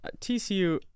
TCU